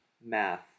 math